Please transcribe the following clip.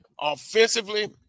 Offensively